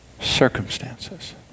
circumstances